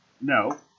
No